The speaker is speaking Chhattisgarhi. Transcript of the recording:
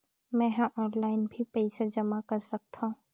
मैं ह ऑनलाइन भी पइसा जमा कर सकथौं?